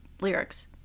lyrics